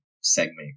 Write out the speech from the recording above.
segment